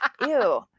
Ew